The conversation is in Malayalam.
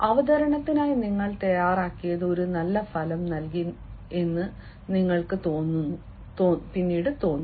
അവതരണത്തിനായി നിങ്ങൾ തയ്യാറാക്കിയത് ഒരു നല്ല ഫലം നൽകി എന്ന് നിങ്ങൾക്ക് തോന്നുന്നു